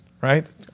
right